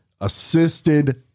assisted